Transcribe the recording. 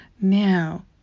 now